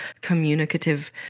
communicative